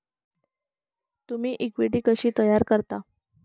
तुम्ही इक्विटी कशी तयार करता?